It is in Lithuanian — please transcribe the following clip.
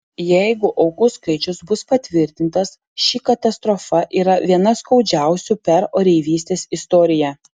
jeigu aukų skaičius bus patvirtintas ši katastrofa yra viena skaudžiausių per oreivystės istoriją